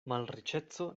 malriĉeco